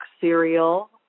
cereal